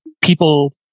people